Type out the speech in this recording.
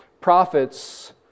Prophets